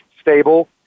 Stable